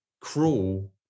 cruel